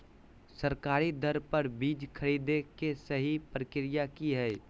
सरकारी दर पर बीज खरीदें के सही प्रक्रिया की हय?